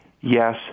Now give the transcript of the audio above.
yes